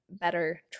better